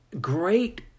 great